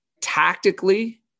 tactically